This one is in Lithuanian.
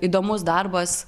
įdomus darbas